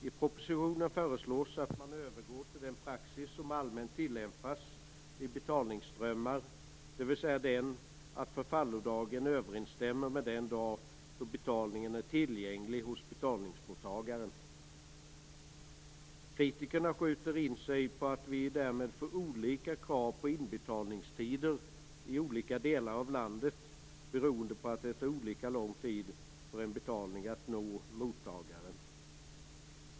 I propositionen föreslås att man övergår till den praxis som allmänt tillämpas vid betalningsströmmar, dvs. Kritikerna skjuter in sig på att vi därmed får olika krav på inbetalningstider i olika delar av landet, beroende på att det tar olika lång tid för en betalning att nå mottagaren.